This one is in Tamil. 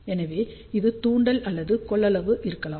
எனவே இது தூண்டல் அல்லது கொள்ளளவு இருக்கலாம்